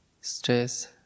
stress